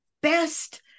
best